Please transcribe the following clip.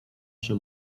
się